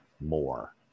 more